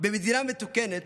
במדינה מתוקנת